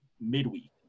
midweek